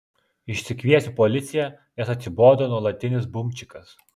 išsikviesiu policiją nes atsibodo nuolatinis bumčikas